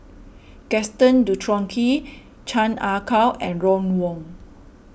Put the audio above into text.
Gaston Dutronquoy Chan Ah Kow and Ron Wong